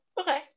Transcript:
Okay